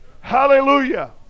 Hallelujah